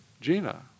Gina